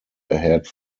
ahead